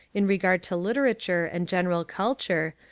in regard to literature and general culture,